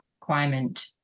requirement